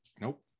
Nope